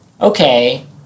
okay